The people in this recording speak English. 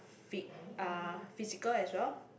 fit uh physical as well